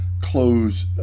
close